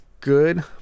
good